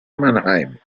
mannheim